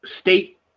state